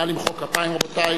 נא למחוא כפיים, רבותי.